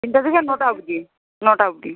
তিনটে থেকে নটা অবধি নটা অবধি